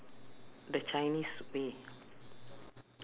she serve she's uh she's